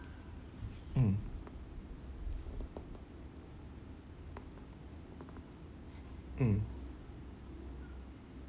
mm mm